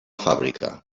fàbrica